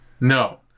No